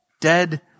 dead